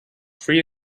free